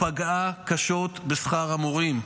פגעה קשות בשכר המורים.